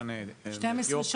או רק ליוצאי